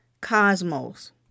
cosmos